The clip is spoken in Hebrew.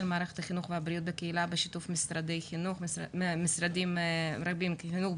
מערכת החינוך והבריאות בקהילה בשיתוף משרדים רבים כמו משרד החינוך,